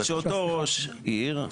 שאותו ראש עיר,